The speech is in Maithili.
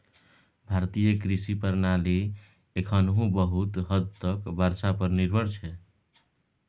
भारतीय कृषि प्रणाली एखनहुँ बहुत हद तक बर्षा पर निर्भर छै